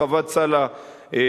הרחבת סל התרופות,